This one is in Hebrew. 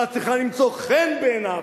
ואת צריכה למצוא חן בעיניו.